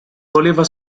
voleva